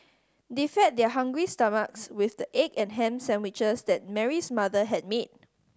they fed their hungry stomachs with the egg and ham sandwiches that Mary's mother had made